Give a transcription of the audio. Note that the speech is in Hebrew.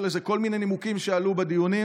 זה כל מיני נימוקים שעלו בדיונים,